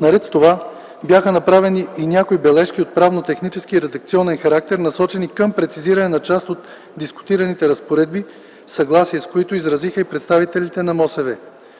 Наред с това бяха направени и някои бележки от правно-технически и редакционен характер, насочени към прецизиране на част от дискутираните разпоредби, съгласие с които изразиха и представителите на